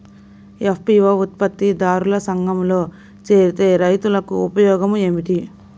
FPO ఉత్పత్తి దారుల సంఘములో చేరితే రైతులకు ఉపయోగము ఏమిటి?